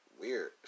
weird